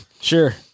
Sure